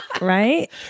Right